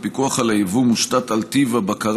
הפיקוח על היבוא מושתת על טיב הבקרה